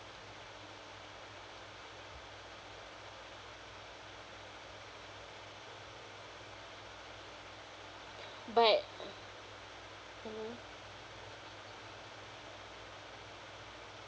but mmhmm